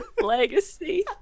legacy